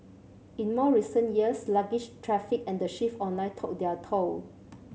in more recent years sluggish traffic and the shift online took their toll